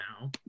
now